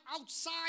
outside